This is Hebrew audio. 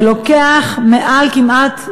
הוא כבר לוקח יותר מכמעט,